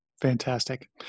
Fantastic